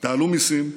תעלו מיסים,